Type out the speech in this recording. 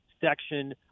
section